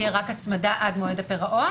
תהיה רק הצמדה עד מועד הפירעון.